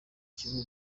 kibuga